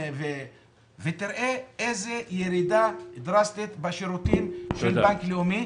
ותראה איזה ירידה דרסטית בשירותים של בנק לאומי.